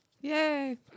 Yay